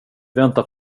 väntar